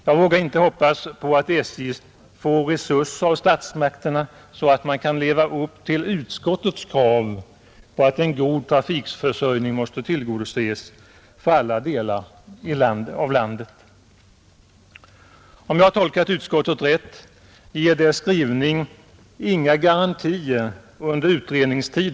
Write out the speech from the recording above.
Jag vågar inte hoppas på att SJ får resurser av statsmakterna så att man kan leva upp till utskottets krav på att en god trafikförsörjning måste tryggas för alla delar av landet. Om jag har tolkat utskottet rätt, gör dess skrivning det befogat med följande konstateranden: 1.